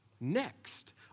next